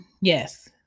Yes